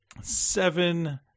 seven